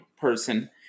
person